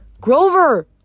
Grover